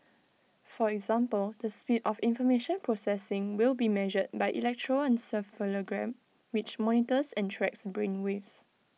for example the speed of information processing will be measured by electroencephalogram which monitors and tracks brain waves